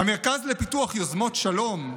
המרכז לפיתוח יוזמות שלום,